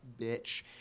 bitch